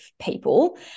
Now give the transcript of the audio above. people